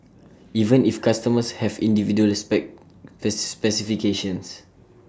even if customers have individual spec pets specifications